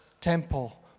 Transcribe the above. temple